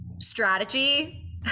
strategy